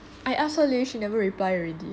I ask her leh she never reply already